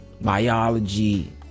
biology